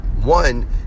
one